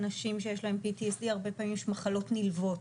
אנשים שיש להם PTSD, הרבה פעמים יש מחלות נלוות.